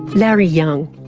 larry young.